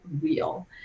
real